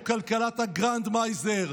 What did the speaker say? או כלכלת הגרנדמייזר,